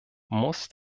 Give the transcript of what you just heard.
muss